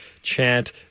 chant